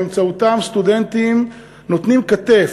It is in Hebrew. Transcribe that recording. באמצעותם סטודנטים נותנים כתף,